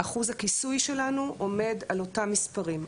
אחוז הכיסוי שלנו עומד על אותם מספרים,